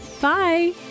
bye